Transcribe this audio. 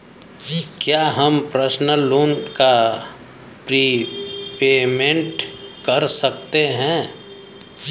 क्या हम personal loan का प्रीपेमेंट कर सकते हैं?